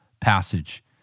passage